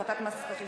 הפחתת מס רכישה),